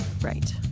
Right